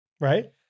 Right